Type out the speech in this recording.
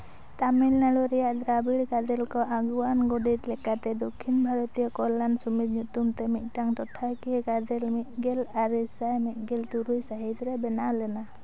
ᱛᱟᱹᱢᱤᱱᱟᱹᱰᱩ ᱨᱮᱭᱟᱜ ᱫᱨᱟᱵᱤᱲ ᱜᱟᱫᱮᱞ ᱠᱚ ᱟᱹᱜᱩᱣᱟᱱ ᱜᱚᱰᱮᱫ ᱞᱮᱠᱟᱛᱮ ᱫᱚᱠᱷᱤᱱ ᱵᱦᱟᱨᱚᱛᱤᱭᱚ ᱠᱚᱞᱞᱟᱱ ᱥᱚᱢᱤᱛ ᱧᱩᱛᱩᱢ ᱛᱮ ᱢᱤᱫᱴᱟᱝ ᱴᱚᱴᱷᱟᱠᱤᱭᱟᱹ ᱜᱟᱫᱮᱞ ᱢᱤᱫ ᱜᱮᱞ ᱟᱨᱮ ᱥᱟᱭ ᱢᱤᱫ ᱜᱮᱞ ᱛᱩᱨᱩᱭ ᱥᱟᱹᱦᱤᱛ ᱨᱮ ᱵᱮᱱᱟᱣ ᱞᱮᱱᱟ